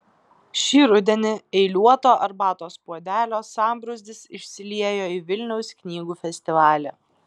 šį rudenį eiliuoto arbatos puodelio sambrūzdis išsiliejo į vilniaus knygų festivalį